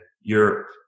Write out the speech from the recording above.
Europe